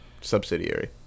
subsidiary